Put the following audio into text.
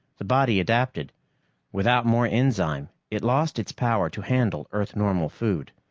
the body adapted without more enzyme, it lost its power to handle earth-normal food.